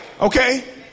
Okay